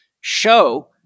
show